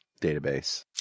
database